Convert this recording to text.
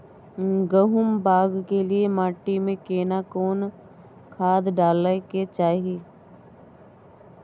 गहुम बाग के लिये माटी मे केना कोन खाद डालै के चाही?